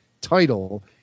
title